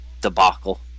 debacle